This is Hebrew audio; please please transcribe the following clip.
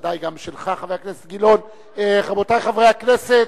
ודאי גם שלך, חבר הכנסת גילאון, רבותי חברי הכנסת,